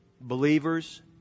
believers